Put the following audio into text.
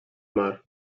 mar